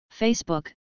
Facebook